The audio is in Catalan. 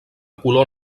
color